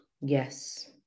Yes